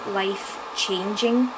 life-changing